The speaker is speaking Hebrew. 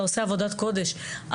אתה עושה עבודת קודש.